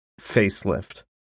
facelift